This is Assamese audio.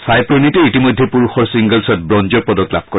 ছাই প্ৰণীতে ইতিমধ্যে পুৰুষৰ ছিংগলছত ব্ৰঞ্জৰ পদক লাভ কৰে